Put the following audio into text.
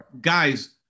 Guys